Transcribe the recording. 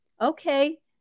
Okay